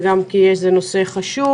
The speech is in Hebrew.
וגם כי זה נושא חשוב.